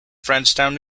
frenchtown